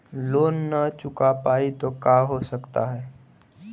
Loan न चुका पाई तो का हो सकता है?